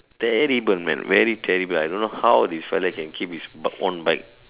terrible man very terrible I don't know how this fella can keep his own bike